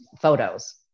photos